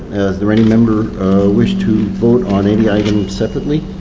there any member wish to vote on any item separately?